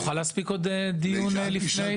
נוכל להספיק עוד דיון לפני?